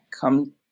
come